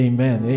Amen